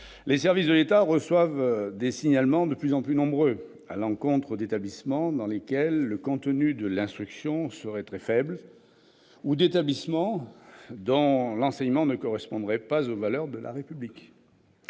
les services de l'État reçoivent des signalements de plus en plus nombreux à l'encontre d'établissements dans lesquels le contenu de l'instruction serait très faible ou d'établissements dont l'enseignement ne correspondrait pas aux valeurs de la République.